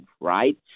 right